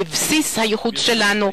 בבסיס האיחוד שלנו,